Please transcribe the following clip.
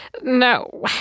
No